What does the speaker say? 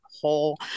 whole